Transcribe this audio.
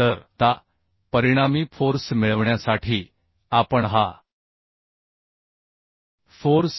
तर आता परिणामी फोर्स मिळविण्यासाठी आपण हा फोर्स